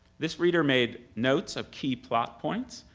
this reader made notes of key plot points,